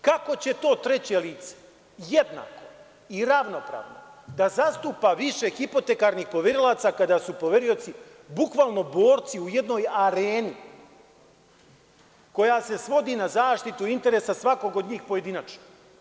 Kako će to treće lice jednako i ravnopravno da zastupa više hipotekarnih poverilaca, kada su poverioci bukvalno borci u jednoj areni koja se svodi na zaštitu interesa svakog od njih pojedinačno?